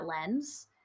lens